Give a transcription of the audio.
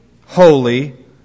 holy